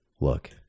Look